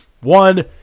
One